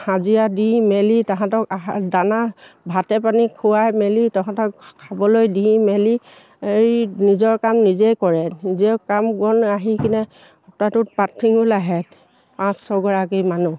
হাজিৰা দি মেলি তাহাঁতক আহাৰ দানা ভাতে পানী খোৱাই মেলি তাহাঁতক খাবলৈ দি মেলি এই নিজৰ কাম নিজেই কৰে নিজৰ কাম বন আহি কিনে সপ্তাহটোত পাত ছিঙিবলৈ আহে পাঁচ ছগৰাকী মানুহ